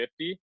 50